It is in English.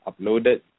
uploaded